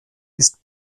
ist